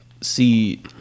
See